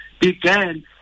began